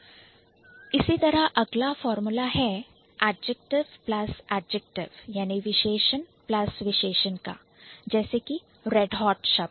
फिर अगला फार्मूला है Adjective Plus Adjective विशेषण प्लस विशेषणहै जैसे कि Redhot रेड हॉट शब्द